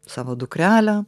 savo dukrelę